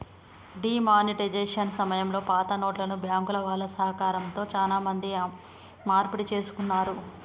D monetisation సమయంలో పాతనోట్లను బ్యాంకుల వాళ్ళ సహకారంతో చానా మంది మార్పిడి చేసుకున్నారు